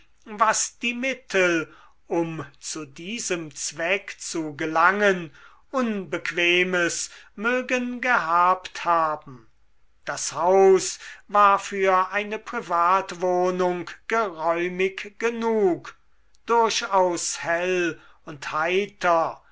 was die mittel um zu diesem zweck zu gelangen unbequemes mögen gehabt haben das haus war für eine privatwohnung geräumig genug durchaus hell und heiter